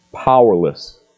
Powerless